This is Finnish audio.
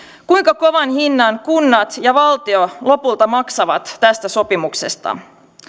kuinka kovan hinnan kunnat ja valtio lopulta maksavat tästä sopimuksesta